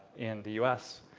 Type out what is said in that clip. in the u s.